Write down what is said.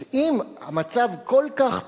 אז אם המצב כל כך טוב,